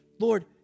Lord